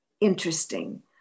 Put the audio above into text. interesting